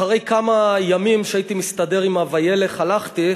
אחרי כמה ימים שהייתי מסתדר עם ה"וילך" "הלכתי",